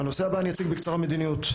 את הנושא הבא אני אציג בקצרה, מדיניות.